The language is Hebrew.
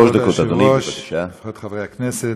כבוד השר, כבוד היושב-ראש, חברי הכנסת,